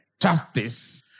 justice